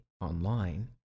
online